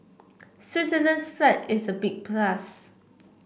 Switzerland's flag is a big plus